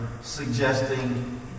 suggesting